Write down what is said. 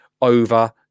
over